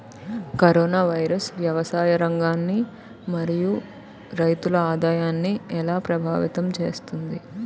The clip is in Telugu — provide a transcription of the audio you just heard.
కరోనా వైరస్ వ్యవసాయ రంగాన్ని మరియు రైతుల ఆదాయాన్ని ఎలా ప్రభావితం చేస్తుంది?